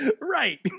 right